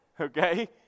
okay